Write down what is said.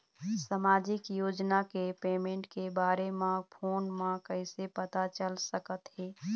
सामाजिक योजना के पेमेंट के बारे म फ़ोन म कइसे पता चल सकत हे?